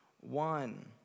One